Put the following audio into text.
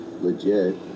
legit